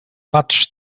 patrz